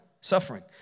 Suffering